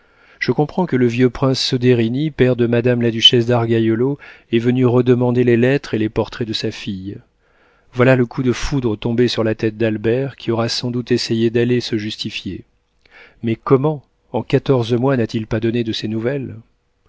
je comprends que le vieux prince soderini père de madame la duchesse d'argaiolo est venu redemander les lettres et les portraits de sa fille voilà le coup de foudre tombé sur la tête d'albert qui aura sans doute essayé d'aller se justifier mais comment en quatorze mois n'a-t-il pas donné de ses nouvelles